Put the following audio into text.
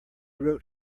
wrote